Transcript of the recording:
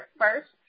first